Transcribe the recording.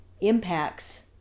impacts